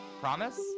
promise